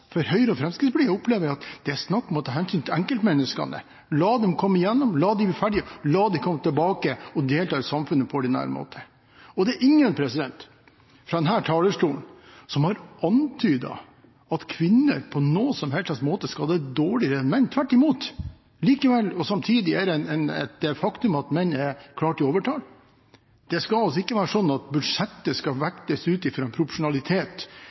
Høyre og Fremskrittspartiet, er det snakk om å ta hensyn til enkeltmenneskene, la dem gjennomføre, la dem bli ferdige, og la dem komme tilbake og delta i samfunnet på ordinær måte. Det er ingen, fra denne talerstolen, som har antydet at kvinner på noen som helst måte skal ha det dårligere enn menn – tvert imot. Likevel og samtidig er det et faktum at menn er klart i overtall. Det skal altså ikke være slik at budsjettet skal vektes ut